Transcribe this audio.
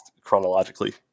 chronologically